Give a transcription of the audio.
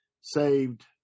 saved